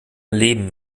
leben